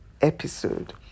episode